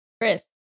Chris